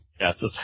Yes